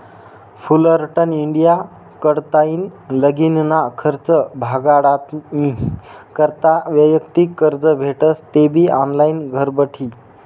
Fullerton India कडताईन लगीनना खर्च भागाडानी करता वैयक्तिक कर्ज भेटस तेबी ऑनलाईन घरबठी